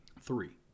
three